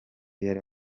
yari